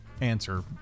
answer